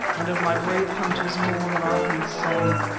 and of my brave hunters more than i can say.